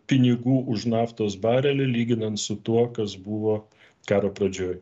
pinigų už naftos barelį lyginant su tuo kas buvo karo pradžioj